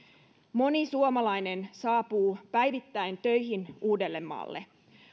moni suomalainen saapuu päivittäin töihin uudellemaalle